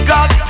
God